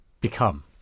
become